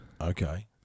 Okay